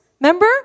Remember